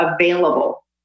available